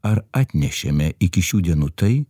ar atnešėme iki šių dienų tai